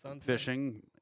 Fishing